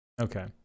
okay